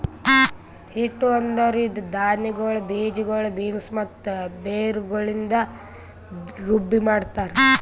ಹಿಟ್ಟು ಅಂದುರ್ ಇದು ಧಾನ್ಯಗೊಳ್, ಬೀಜಗೊಳ್, ಬೀನ್ಸ್ ಮತ್ತ ಬೇರುಗೊಳಿಂದ್ ರುಬ್ಬಿ ಮಾಡ್ತಾರ್